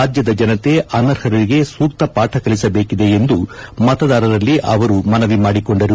ರಾಜ್ಯದ ಜನತೆ ಅನರ್ಹರಿಗೆ ಸೂಕ್ತ ಪಾಠ ಕಲಿಸಬೇಕಿದೆ ಎಂದು ಮತದಾರರಲ್ಲಿ ಮನವಿ ಮಾಡಿಕೊಂಡರು